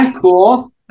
cool